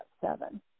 seven